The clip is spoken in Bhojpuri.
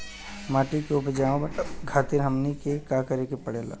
माटी के उपजाऊ बनावे खातिर हमनी के का करें के पढ़ेला?